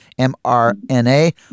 mRNA